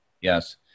Yes